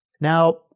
Now